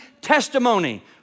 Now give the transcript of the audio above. testimony